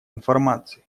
информации